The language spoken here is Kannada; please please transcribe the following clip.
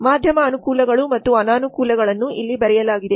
ಮಾಧ್ಯಮ ಅನುಕೂಲಗಳು ಮತ್ತು ಅನಾನುಕೂಲಗಳನ್ನು ಇಲ್ಲಿ ಬರೆಯಲಾಗಿದೆ